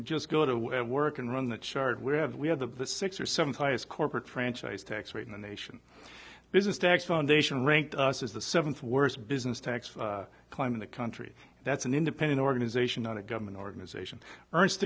just go to work and run the chart we have we have the six or seven highest corporate franchise tax rate in the nation business tax foundation rank is the seventh worst business tax climb in the country that's an independent organization not a government organization ernst